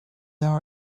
our